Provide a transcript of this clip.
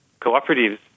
cooperatives